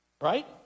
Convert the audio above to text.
Right